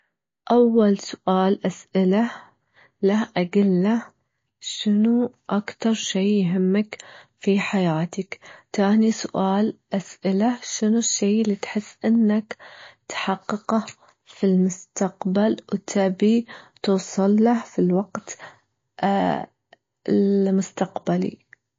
أول سؤال أسأله له أجله، شنو أكتر شي يهمك في حياتك؟ تاني سؤال أسأله شنو الشي اللي تحس إنك تحققه في المستقبل وتبي توصل له في الوقت المستقبلي؟